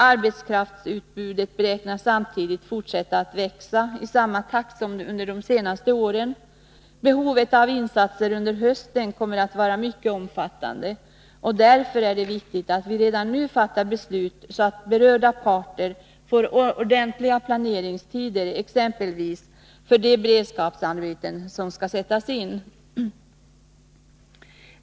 Arbetskraftsutbudet beräknas samtidigt fortsätta att växa i samma takt som under de senaste åren. Behovet av insatser under hösten kommer att vara mycket omfattande, och därför är det viktigt att vi redan nu fattar beslut, så att berörda parter får ordentliga planeringstider exempelvis för de beredskapsarbeten som skall sättas i gång.